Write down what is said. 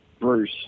Bruce